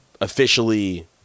officially